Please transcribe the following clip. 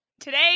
Today